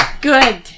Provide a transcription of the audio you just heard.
Good